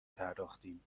پرداختیم